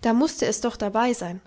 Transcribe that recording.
da mußte es doch dabeisein